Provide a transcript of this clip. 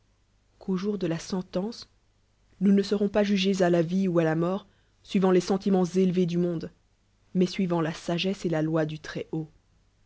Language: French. lhc qu'aujour de la sentence nous rleletons pas jugés la vie ou ù la mort suivant les sentiments élevés du monde mais suivant la sagesse et la loi du très-haut